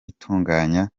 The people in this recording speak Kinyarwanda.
itunganya